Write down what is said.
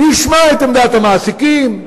נשמע את עמדת המעסיקים,